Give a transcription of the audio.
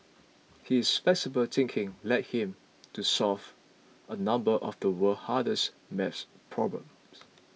his flexible thinking led him to solve a number of the world's hardest maths problems